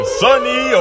sunny